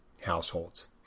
households